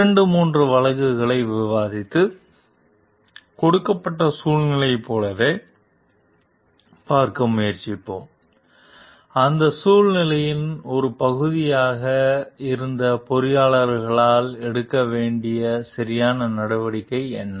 இரண்டு மூன்று வழக்குகளையும் விவாதித்து கொடுக்கப்பட்ட சூழ்நிலையைப் போலவே பார்க்க முயற்சிப்போம் அந்த சூழ்நிலையின் ஒரு பகுதியாக இருந்த பொறியியலாளர்களால் எடுக்கப்பட வேண்டிய சரியான நடவடிக்கை என்ன